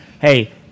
Hey